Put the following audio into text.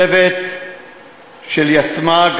צוות של יסמ"ג,